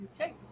Okay